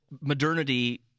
modernity